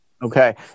Okay